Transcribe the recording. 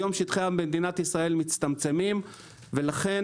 היום שטחי מדינת ישראל מצטמצמים ולכן